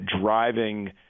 driving –